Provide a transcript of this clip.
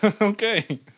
okay